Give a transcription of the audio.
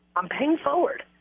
i'm paying forward.